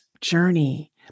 journey